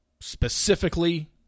specifically